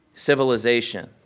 Civilization